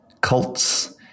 Cults